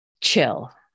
chill